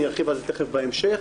אני ארחיב על זה תיכף בהמשך,